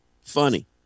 funny